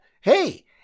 hey